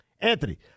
Anthony